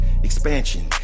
expansion